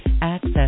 Access